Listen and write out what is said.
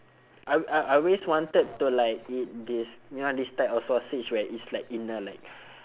I I I always wanted to like eat this you know this type of sausage where it's like in a like